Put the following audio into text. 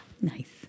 Nice